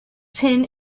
ten